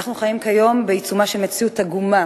אנחנו חיים כיום בעיצומה של מציאות עגומה